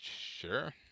Sure